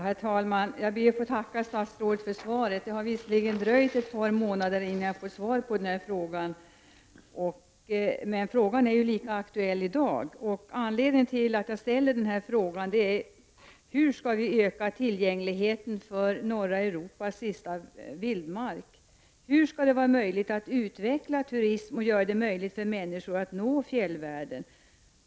Herr talman! Jag ber att få tacka statsrådet för svaret. Svaret har visserligen dröjt ett par månader, men frågan är ju lika aktuell i dag. Anledningen till att jag ställer frågan är: Hur skall vi öka tillgängligheten till norra Europas sista vildmark? Hur skall det vara möjligt att utveckla turismen och göra det möjligt för människor att nå fjällvärlden?